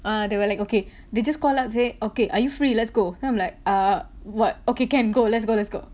ah they were like okay they just call up say okay are you free let's go then I'm like err what okay can go let's go let's go